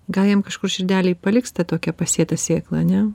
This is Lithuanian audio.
gal jam kažkur širdelėj paliks tą tokią pasėtą sėklą ane